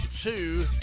Two